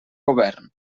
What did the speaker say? govern